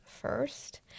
first